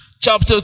chapter